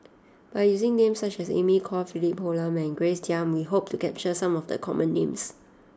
by using names such as Amy Khor Philip Hoalim Grace Young we hope to capture some of the common names